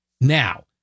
Now